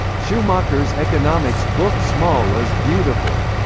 schumacher's economics book small is beautiful.